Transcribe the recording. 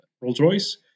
Rolls-Royce